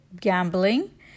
gambling